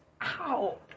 Ow